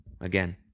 Again